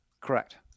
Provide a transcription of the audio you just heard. Correct